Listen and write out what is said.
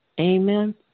amen